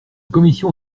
commission